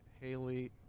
Haley